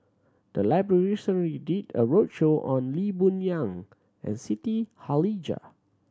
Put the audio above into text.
the library recently did a roadshow on Lee Boon Yang and Siti Khalijah